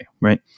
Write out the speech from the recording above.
right